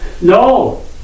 No